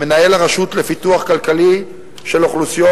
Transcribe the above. מנהל הרשות לפיתוח כלכלי של אוכלוסיות